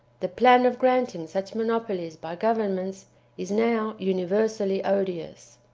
the plan of granting such monopolies by governments is now universally odious.